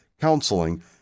counseling